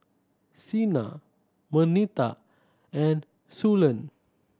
Sina Marnita and Suellen